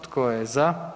Tko je za?